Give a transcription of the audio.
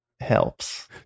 helps